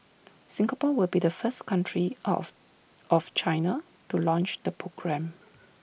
Singapore will be the first country of China to launch the programme